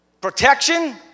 Protection